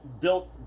built